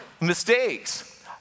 mistakes